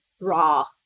raw